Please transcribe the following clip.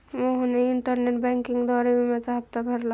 मोहनने इंटरनेट बँकिंगद्वारे विम्याचा हप्ता भरला